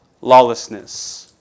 lawlessness